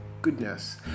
goodness